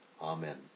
Amen